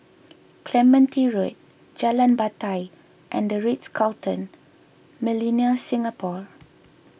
Clementi Road Jalan Batai and the Ritz Carlton Millenia Singapore